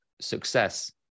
success